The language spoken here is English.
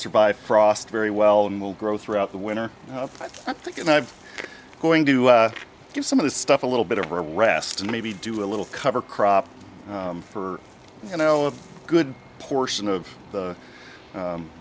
survive frost very well and will grow throughout the winter i think and i've going to give some of the stuff a little bit of a rest and maybe do a little cover crop for you know a good portion of the